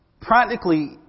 practically